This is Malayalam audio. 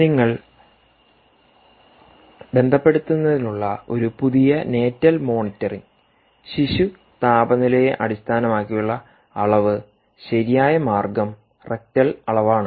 നിങ്ങൾ ബന്ധപ്പെടുന്നതിനുള്ള ഒരു പുതിയ നേറ്റൽ മോണിറ്ററിംഗ് ശിശു താപനിലയെ അടിസ്ഥാനമാക്കിയുള്ള അളവ്ശരിയായ മാർഗംറെക്ടൽ അളവാണ്